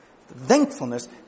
Thankfulness